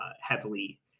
heavily